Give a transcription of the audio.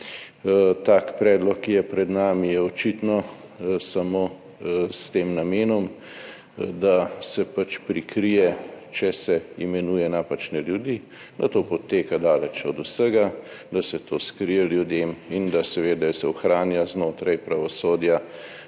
Tak predlog, ki je pred nami, je očitno samo s tem namenom, da se pač prikrije, če se imenuje napačne ljudi, da to poteka daleč od vsega, da se to skrije ljudem in da se seveda ohranja znotraj pravosodja